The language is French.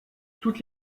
toutes